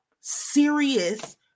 serious